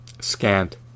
scant